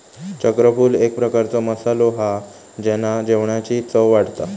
चक्रफूल एक प्रकारचो मसालो हा जेना जेवणाची चव वाढता